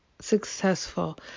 successful